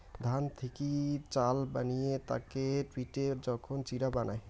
ধান থেকি চাল বানিয়ে তাকে পিটে যখন চিড়া বানায়